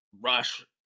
rush